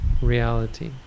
reality